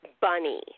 bunny